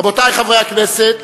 רבותי חברי הכנסת,